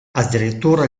addirittura